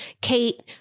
Kate